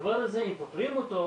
הדבר הזה אם פותרים אותו,